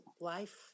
life